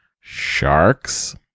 Sharks